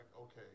okay